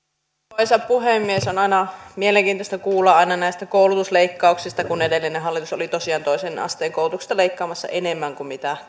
arvoisa puhemies on aina mielenkiintoista kuulla näistä koulutusleikkauksista kun edellinen hallitus oli tosiaan toisen asteen koulutuksesta leikkaamassa enemmän kuin mitä